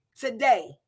Today